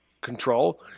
Control